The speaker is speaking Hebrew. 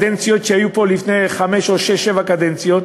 שהיו פה לפני חמש או שש-שבע קדנציות.